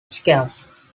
scarce